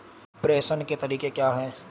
प्रेषण के तरीके क्या हैं?